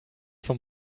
vom